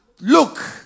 look